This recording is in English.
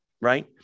right